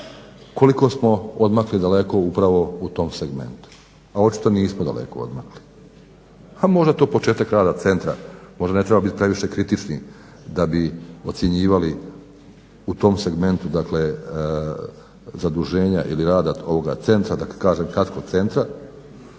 koliko smo odmakli daleko upravo u tom segmentu, a očito nismo daleko odmakli. A možda je to početak rada centra. Možda ne treba biti previše kritični da bi ocjenjivali u tom segmentu, dakle zaduženja ili rada ovoga centra, da ne kažem kratko centra